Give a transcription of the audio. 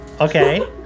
Okay